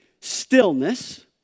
stillness